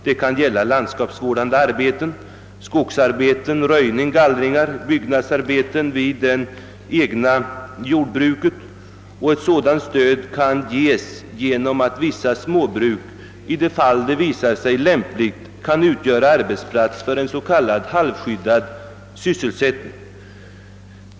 Det kan gälla landskapsvårdande arbeten, skogsarbeten, röjning, gallring, byggnadsarbeten vid det egna jordbruket, och ett sådant stöd kan ges genom att vissa småbruk i de fall det visar sig lämpligt kan utgöra arbetsplats för en s.k. halvskyddad sysselsättning.